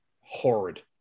horrid